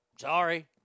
Sorry